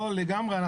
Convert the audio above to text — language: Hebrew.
לא, לגמרי.